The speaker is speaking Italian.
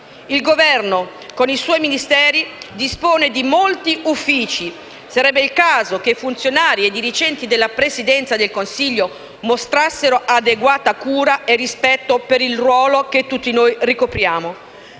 Il Governo, con i suoi Ministeri, dispone di molti uffici. Sarebbe il caso che i funzionari e i dirigenti della Presidenza del Consiglio mostrassero adeguata cura e rispetto per il ruolo che tutti noi ricopriamo.